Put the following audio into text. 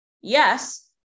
yes